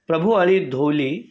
प्रभू आळी धोवली